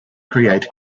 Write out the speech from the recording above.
create